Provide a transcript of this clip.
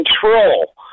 control